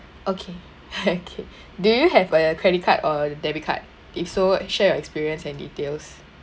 okay ha okay do you have a credit card or debit card if so share your experience and details